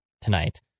tonight